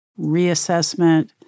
reassessment